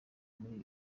muri